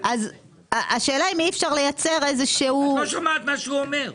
את לא שומעת מה שהוא אומר.